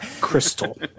Crystal